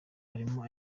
arimo